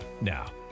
Now